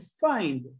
find